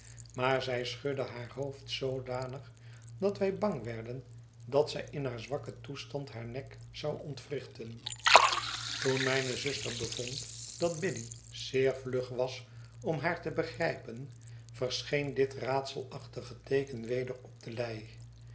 maar zij schudde haar hoofd zoodanig dat wij bang werden dat zij in haar zwakken toestand haar nek zou ontwrichten toen mijne zuster bevond dat biddy zeer vlug was om haar te begrijpen verscheen dit raadselachtige teeken weder op de lei